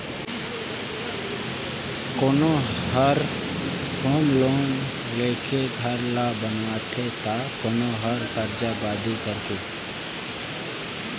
कोनो हर home loan लेके घर ल बनाथे त कोनो हर करजा बादी करके